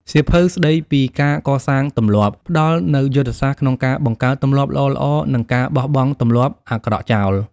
សៀវភៅស្ដីពីការកសាងទម្លាប់ ផ្ដល់នូវយុទ្ធសាស្ត្រក្នុងការបង្កើតទម្លាប់ល្អៗ និងការបោះបង់ទម្លាប់អាក្រក់ចោល។